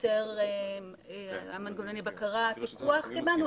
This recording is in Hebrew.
מנגנוני בקרה/פיקוח קיבלנו,